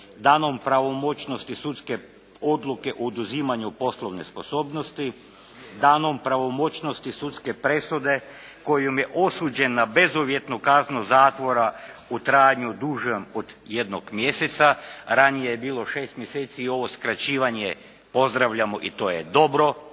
danom pravomoćnosti sudske odluke o oduzimanju poslovne sposobnosti, danom pravomoćnosti sudske presude kojom je osuđen na bezuvjetnu kaznu zatvora u trajanju dužem od jednog mjeseca. Ranije je bilo šest mjeseci i ovo skraćivanje pozdravljamo i to je dobro.